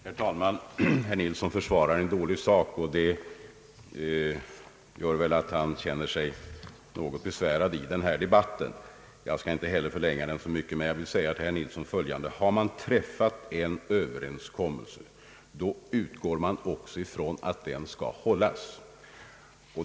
Herr talman! Herr Ferdinand Nilsson försvarar en dålig sak, och det gör väl att han känner sig något besvärad i denna debatt. Jag skall heller inte förlänga den så mycket, men jag vill till herr Nilsson säga följande. Har man träffat en överenskommelse utgår man också från att den skall hållas.